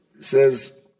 says